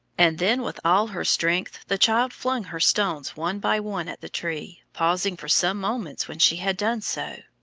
and then with all her strength the child flung her stones one by one at the tree, pausing for some moments when she had done so.